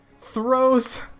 throws